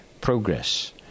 progress